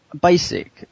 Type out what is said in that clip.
basic